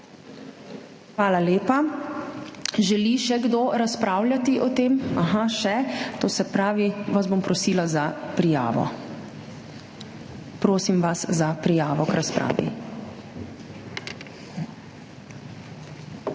Hvala lepa. Želi še kdo razpravljati o tem? (Da.) Aha, še. To se pravi, vas bom prosila za prijavo. Prosim vas za prijavo k razpravi.